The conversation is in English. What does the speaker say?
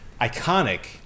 iconic